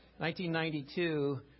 1992